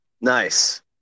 Nice